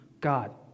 God